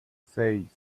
seis